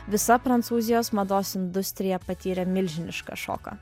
visa prancūzijos mados industrija patyrė milžinišką šoką